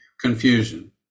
confusion